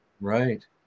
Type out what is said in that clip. Right